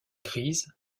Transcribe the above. crise